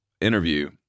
interview